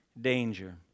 danger